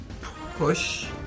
push